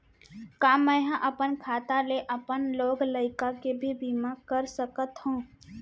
का मैं ह अपन खाता ले अपन लोग लइका के भी बीमा कर सकत हो